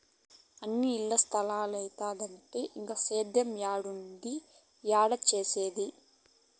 అన్నీ ఇల్ల స్తలాలైతంటే ఇంక సేద్యేమేడుండేది, ఏడ సేసేది